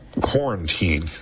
quarantine